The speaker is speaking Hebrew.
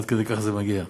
עד כדי כך זה מגיע,